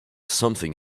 something